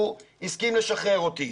הוא הסכים לשחרר אותי.